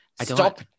stop